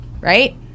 right